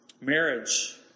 Marriage